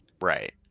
Right